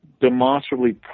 demonstrably